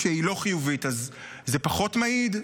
כשהיא לא חיובית, זה פחות מעיד?